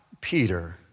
Peter